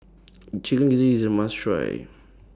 Chicken Gizzard IS A must Try